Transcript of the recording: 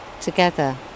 together